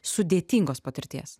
sudėtingos patirties